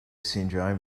syndrome